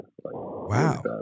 Wow